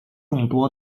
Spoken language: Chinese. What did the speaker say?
众多